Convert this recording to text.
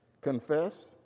confess